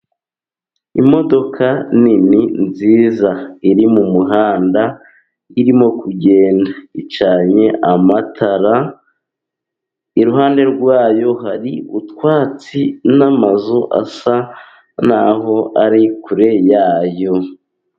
Imodoka nini nziza, iri mu muhanda ,irimo kugenda icanye amatara .Iruhande rwayo hari utwatsi n'amazu, asa naho ari kure yayo.